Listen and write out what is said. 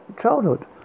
childhood